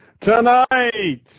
Tonight